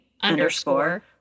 underscore